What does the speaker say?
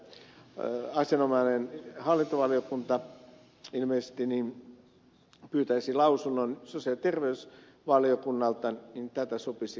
räsänen esitti että asianomainen hallintovaliokunta ilmeisesti pyytäisi lausunnon sosiaali ja terveysvaliokunnalta sopisi kyllä kannattaa